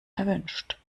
erwünscht